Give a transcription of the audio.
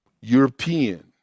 European